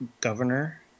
governor